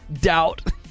Doubt